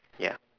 ya